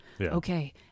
Okay